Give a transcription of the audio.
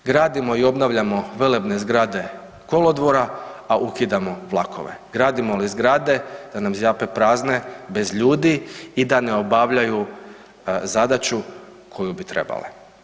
Gradimo i obnavljamo velebne zgrade kolodvora, a ukidamo vlakove, gradimo li zgrade da nam zjape prazne bez ljudi i da ne obavljaju zadaću koju bi trebale.